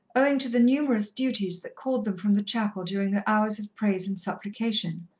owing to the numerous duties that called them from the chapel during the hours of praise and supplication,